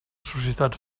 societat